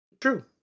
True